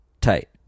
Tight